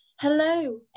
Hello